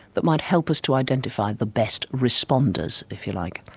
that might help us to identify the best responders, if you like,